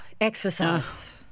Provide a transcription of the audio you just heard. exercise